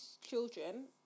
children